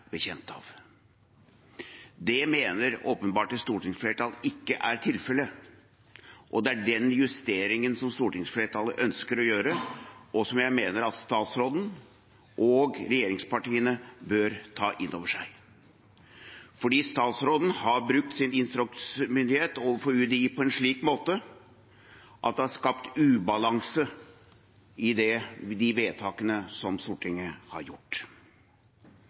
bekjent av. Det mener åpenbart et stortingsflertall ikke er tilfellet, og det er den justeringen som stortingsflertallet ønsker å gjøre, og som jeg mener at statsråden og regjeringspartiene bør ta inn over seg, fordi statsråden har brukt sin instruksmyndighet overfor UDI på en slik måte at det har skapt ubalanse i de vedtakene som Stortinget har gjort.